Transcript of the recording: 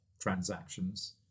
transactions